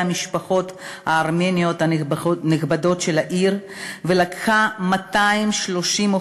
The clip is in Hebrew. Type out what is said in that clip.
המשפחות הארמניות הנכבדות של העיר ולקחה 235